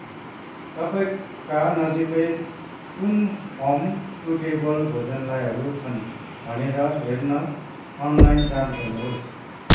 तपाईँका नजिकै कुन फम् टु टेबल भोजनालयहरू छन् भनेर हेर्न अनलाइन जाँच गर्नुहोस्